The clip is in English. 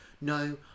no